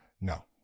No